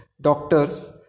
doctors